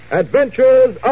adventures